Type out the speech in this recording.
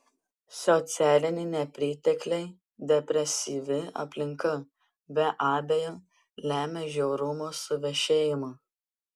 socialiniai nepritekliai depresyvi aplinka be abejo lemia žiaurumo suvešėjimą